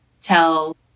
tell